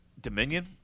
Dominion